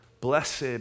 Blessed